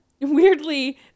weirdly